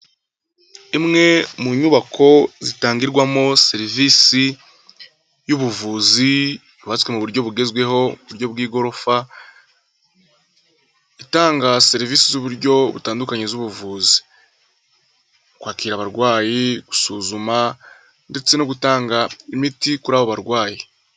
Imwe mu nyubako zitangirwamo serivisi y'ubuvuzi yubatswe mu bugezweho uburyo bw'igorofa itanga serivisi z'ubuvuzi kwakira abarwayi gusuzuma ndetse no gutanga imiti kuri abo barwayi.